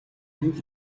амьд